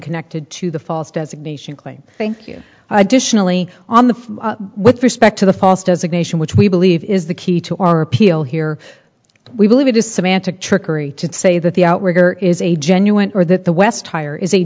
connected to the false designation claim thank you additionally on the phone with respect to the false designation which we believe is the key to our appeal here we believe it is semantic trickery to say that the outrigger is a genuine or that the west tire is a